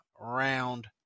round